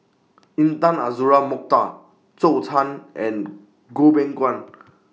Intan Azura Mokhtar Zhou Can and Goh Beng Kwan